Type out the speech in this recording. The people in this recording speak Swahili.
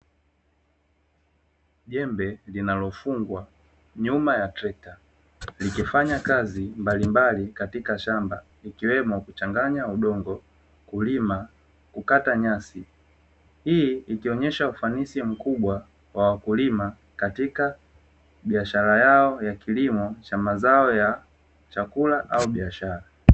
Jembe Linalofungwa nyuma la trekta likifanya kazi mbalimbali katika shamba ikiwemo kuchanganya udongo, kulima, kukata nyasi. hii ikionesha ufanisi mkubwa wa wakulima katika biashara yao ya kilimo cha mazao ya chakula au biashara.